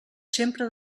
sempre